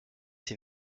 ses